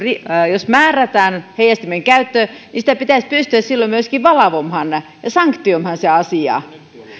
jos määrätään heijastimen käyttö niin sitä pitäisi pystyä silloin myöskin valvomaan sanktioimaan se asia